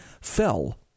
fell